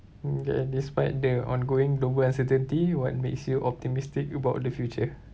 okay despite the ongoing global certainty what makes you optimistic about the future